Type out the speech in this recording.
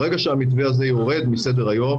ברגע שהמתווה הזה יורד מסדר היום,